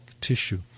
tissue